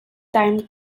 time